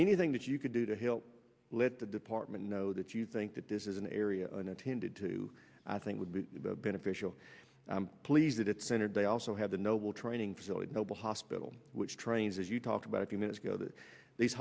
anything that you can do to help let the department know that you think that this is an area and attended to i think would be beneficial please it centered they also have the noble training facility noble hospital which trains as you talked about a few minutes ago that these